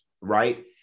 right